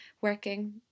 working